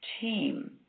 team